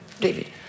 David